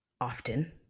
often